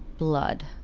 blood.